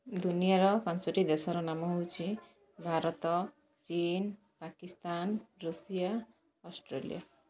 ଦୁନିଆର ପାଞ୍ଚଟି ଦେଶର ନାମ ହେଉଛି ଭାରତ ଚୀନ ପାକିସ୍ତାନ ରୁଷିଆ ଅଷ୍ଟ୍ରେଲିଆ